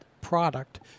product